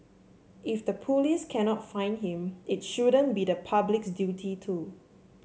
if the police cannot find him it shouldn't be the public's duty to